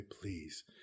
Please